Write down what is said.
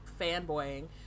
fanboying